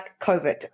COVID